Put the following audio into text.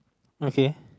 okay